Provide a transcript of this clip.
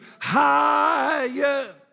higher